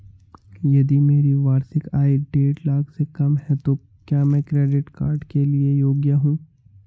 यदि मेरी वार्षिक आय देढ़ लाख से कम है तो क्या मैं क्रेडिट कार्ड के लिए योग्य हूँ?